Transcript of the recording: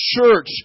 church